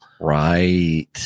Right